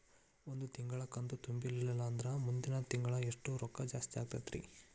ಒಂದು ತಿಂಗಳಾ ಕಂತು ತುಂಬಲಿಲ್ಲಂದ್ರ ಮುಂದಿನ ತಿಂಗಳಾ ಎಷ್ಟ ರೊಕ್ಕ ಜಾಸ್ತಿ ಆಗತೈತ್ರಿ?